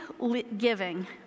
giving